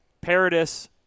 Paradis